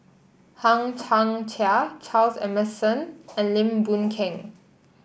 Hang Chang Chieh Charles Emmerson and Lim Boon Keng